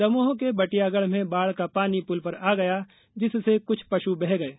दमोह के बटियागढ़ में बाढ़ का पानी पुल पर आ गया जिससे कुछ पशु बह गये